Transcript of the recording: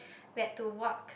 we had to walk